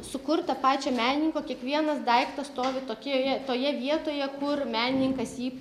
sukurta pačio menininko kiekvienas daiktas stovi tokioje toje vietoje kur menininkas jį